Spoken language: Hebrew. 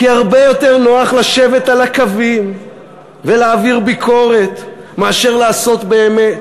כי הרבה יותר נוח לשבת על הקווים ולהעביר ביקורת מאשר לעשות באמת.